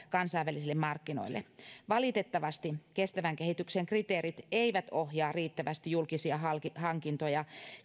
kansainvälisille markkinoille valitettavasti kestävän kehityksen kriteerit eivät ohjaa riittävästi julkisia hankintoja